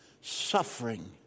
suffering